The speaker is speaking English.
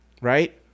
right